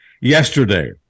yesterday